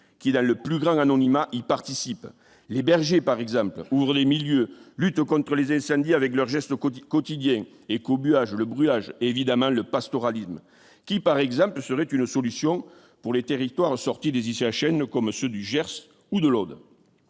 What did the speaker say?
qui l'a le plus grand anonymat y participent les bergers par exemple ou les milieux lutte contre les incendies avec leurs gestes locaux du quotidien écobuage le brûlage évidemment le pastoralisme, qui, par exemple, serait une solution pour les territoires sorti des Laëtitia chaîne comme ceux du Gers ou de l'Aude